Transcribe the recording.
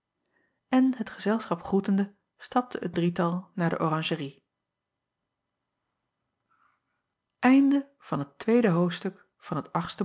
n het gezelschap groetende stapte het drietal naar de oranjerie